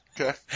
Okay